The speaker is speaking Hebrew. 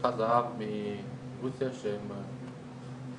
לקחה זהב מרוסיה שהם השתלטו,